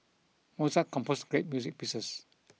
Mozart composed great music pieces